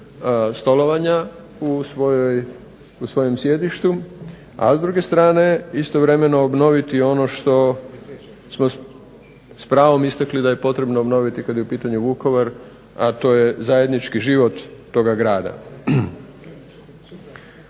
stolovanja u svojem sjedištu, a s druge strane istovremeno obnoviti ono što smo s pravom istakli da je potrebno obnoviti kad je u pitanju Vukovar, a to je zajednički život toga grada.